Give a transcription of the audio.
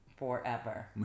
Forever